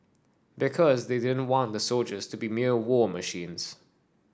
because they didn't want the soldiers to be mere war machines